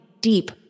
deep